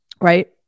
Right